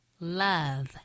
love